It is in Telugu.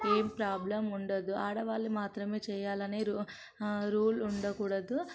ఏ ప్రాబ్లం ఉండదు ఆడవాళ్లు మాత్రమే చేయాలని రూల్ రూల్ ఉండకూడదు